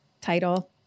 Title